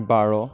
বাৰ